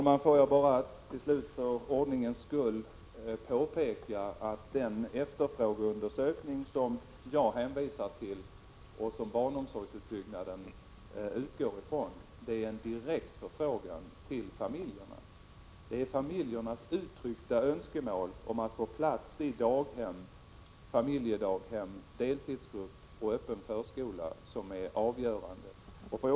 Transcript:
Herr talman! Jag vill för ordningens skull påpeka att den efterfrågeundersökning som jag hänvisade till och som barnomsorgsutbyggnaden utgår från består av en direkt förfrågan till familjerna. Familjernas uttryckta önskemål om att få plats i daghem, familjedaghem, deltidsgrupp eller öppen förskola är avgörande.